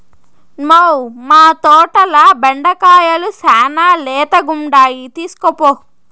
మ్మౌ, మా తోటల బెండకాయలు శానా లేతగుండాయి తీస్కోపో